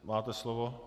Máte slovo.